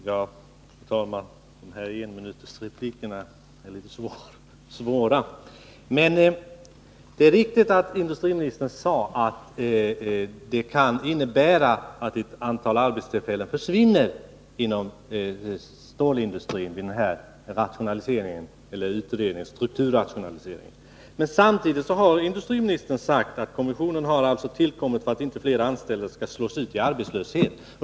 Nr 61 Fru talman! De här enminutersreplikerna är litet svåra. Måndagen den Det är riktigt, som industriministern sade, att det kan bli så att ett antal 17 januari 1983 arbetstillfällen försvinner inom stålindustrin vid den här strukturrationaliseringen. Men samtidigt har industriministern sagt att kommissionen tillkommit för att inte flera anställda skall slås ut i arbetslöshet.